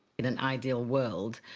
in an ideal world,